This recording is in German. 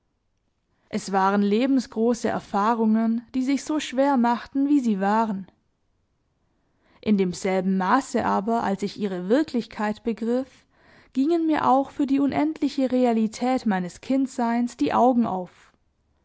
es waren lebensgroße erfahrungen die sich so schwer machten wie sie waren in demselben maße aber als ich ihre wirklichkeit begriff gingen mir auch für die unendliche realität meines kindseins die augen auf